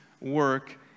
work